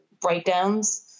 breakdowns